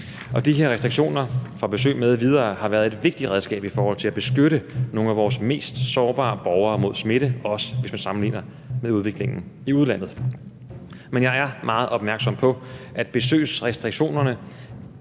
De her restriktioner for besøg m.v. har været et vigtigt redskab i forhold til at beskytte nogle af vores mest sårbare borgere mod smitte, også hvis man sammenligner med udviklingen i udlandet. Men jeg er meget opmærksom på, at besøgsrestriktionerne